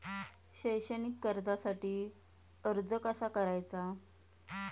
शैक्षणिक कर्जासाठी अर्ज कसा करायचा?